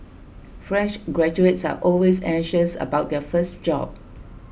fresh graduates are always anxious about their first job